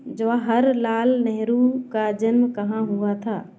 जवाहर लाल नेहरू का जन्म कहाँ हुआ था